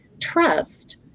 trust